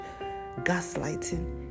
gaslighting